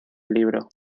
libro